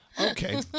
Okay